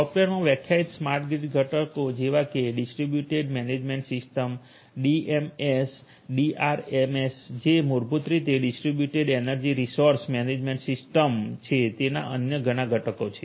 સોફ્ટવેરમાં વ્યાખ્યાયિત smart grid ઘટકો જેવા કે distributed management system DMS DERMS જે મૂળભૂત રીતે distributed energy resource management system છે તેના અન્ય ઘણા ઘટકો છે